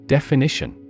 Definition